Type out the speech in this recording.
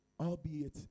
Albeit